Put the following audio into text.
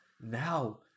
now